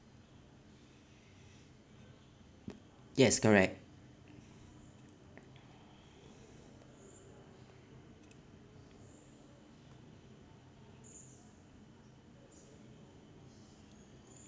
yes correct